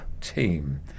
team